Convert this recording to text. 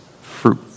fruit